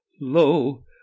lo